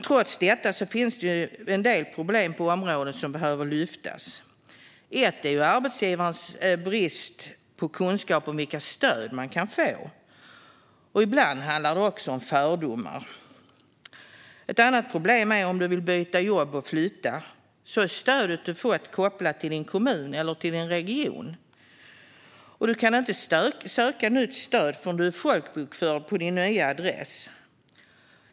Trots detta finns det en del problem på området som behöver lyftas. Ett är arbetsgivarnas brist på kunskap om vilka stöd man kan få. Ibland handlar det också om fördomar. Arbetsmarknad och arbetslöshetsförsäk-ringen Ett annat problem är att om du vill byta jobb och flytta är stödet du fått kopplat till din kommun eller region. Du kan inte söka nytt stöd förrän du är folkbokförd på din nya adress.